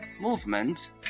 movement